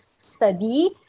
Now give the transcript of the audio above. study